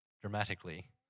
dramatically